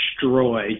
destroy